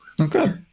Okay